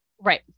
Right